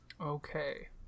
Okay